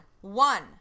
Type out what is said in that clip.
One